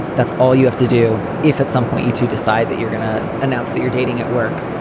that's all you have to do. if at some point you two decide that you're going to announce that you're dating at work,